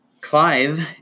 Clive